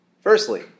Firstly